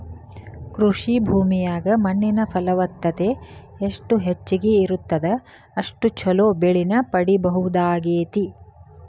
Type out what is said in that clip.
ಕೃಷಿ ಭೂಮಿಯಾಗ ಮಣ್ಣಿನ ಫಲವತ್ತತೆ ಎಷ್ಟ ಹೆಚ್ಚಗಿ ಇರುತ್ತದ ಅಷ್ಟು ಚೊಲೋ ಬೆಳಿನ ಪಡೇಬಹುದಾಗೇತಿ